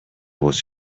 was